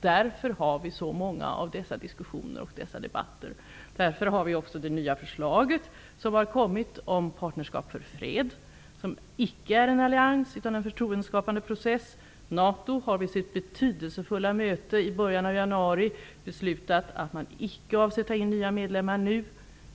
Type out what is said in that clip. Därför för vi så många diskussioner och debatter, och därför har vi också fått det nya förslaget om partnerskap för fred, som inte är en allians utan en förtroendeskapande process. NATO har vid sitt betydelsefulla möte i början av januari beslutat att man inte avser att ta in nya medlemmar nu.